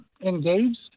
engaged